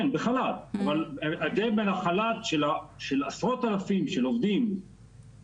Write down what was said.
אבל ההבדל בין החל"ת של עשרות אלפים של עובדים,